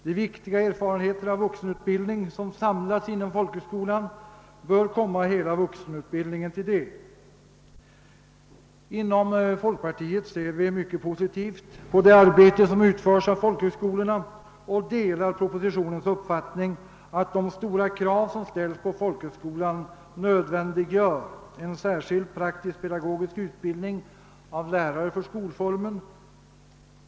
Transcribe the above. De viktiga erfarenheter av vuxenutbildning, som samlats inom folkhögskolan, bör komma hela vuxenutbildningen till del. Inom folkpartiet ser vi mycket posi tivt på det arbete som utförs av folkhögskolorna och delar propositionens uppfattning att de stora krav som ställs på folkhögskolan nödvändiggör en särskild praktisk-pedagogisk utbildning av lärare för skolformen.